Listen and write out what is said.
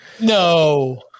no